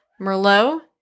Merlot